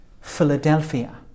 Philadelphia